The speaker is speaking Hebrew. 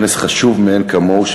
כנס חשוב מאין כמוהו,